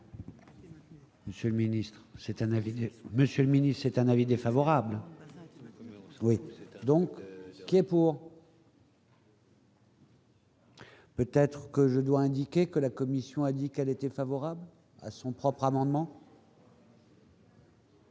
monsieur ministre c'est un avis défavorable, oui, donc, qui est pour. Peut-être que je dois indiquer que la commission a dit qu'elle était favorable à son propre amendement.